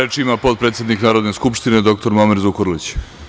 Reč ima potpredsednik Narodne skupštine dr Muamer Zukorlić.